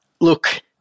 look